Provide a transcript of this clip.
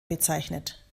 bezeichnet